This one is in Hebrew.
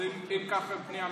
אם כך הם פני הדברים,